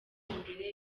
imbere